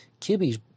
Kibby's